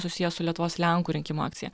susiję su lietuvos lenkų rinkimų akcija